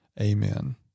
Amen